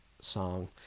song